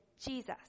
Jesus